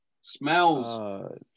Smells